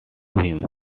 him